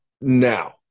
Now